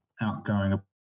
outgoing